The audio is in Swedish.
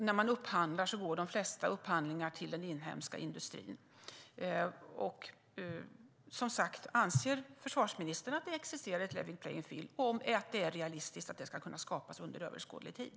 När man upphandlar går de flesta avtal till den inhemska industrin. Anser försvarsministern att det existerar ett level playing field eller att det är realistiskt att det ska kunna skapas ett sådant under överskådlig tid?